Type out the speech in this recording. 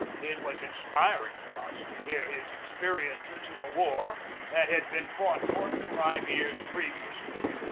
it was inspiring to us to hear his experiences in a war that had been fought forty-five years previously.